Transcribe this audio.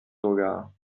sogar